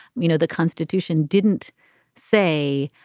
you know, the constitution didn't say,